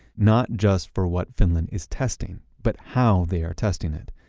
not just for what finland is testing but how they are testing it.